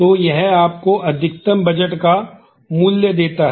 तो यह आपको अधिकतम बजट का मूल्य देता है